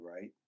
right